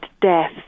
death